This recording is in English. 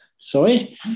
Sorry